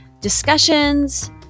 discussions